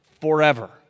forever